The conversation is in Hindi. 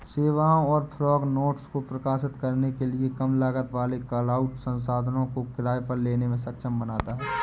सेवाओं और फॉग नोड्स को प्रकाशित करने के लिए कम लागत वाले क्लाउड संसाधनों को किराए पर लेने में सक्षम बनाता है